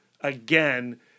again